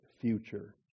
future